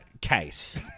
case